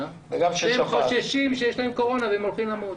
והם חוששים שיש להם קורונה והם הולכים למות.